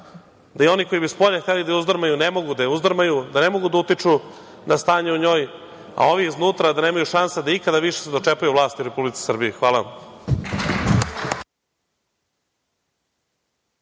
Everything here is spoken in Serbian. da i oni koji bi spolja hteli da je uzdrmaju ne mogu da je uzdrmaju, da ne mogu da utiču na stanje u njoj, a ovi iznutra da nemaju šanse da ikada više se dočepaju vlasti u Republici Srbiji. Hvala vam.